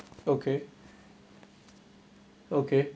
okay okay